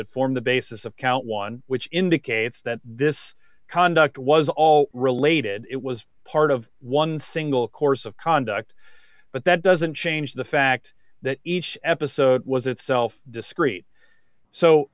that form the basis of count one which indicates that this conduct was all related it was part of one single course of conduct but that doesn't change the fact that each episode was itself discreet so